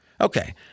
Okay